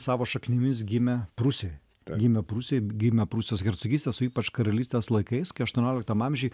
savo šaknimis gimė prūsijoj gimė prūsijoj gimė prūsijos hercogystės o ypač karalystės laikais kai aštuonioliktam amžiuj